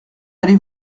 allez